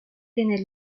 tener